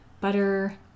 butter